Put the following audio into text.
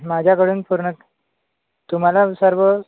माझ्याकडून पूर्ण तुम्हाला सर्व